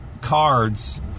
cards